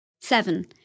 Seven